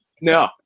no